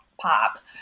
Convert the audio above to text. pop